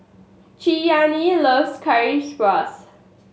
Cheyanne loves Currywurst